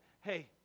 hey